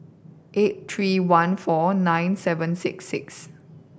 eight three one four nine seven six six